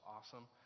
awesome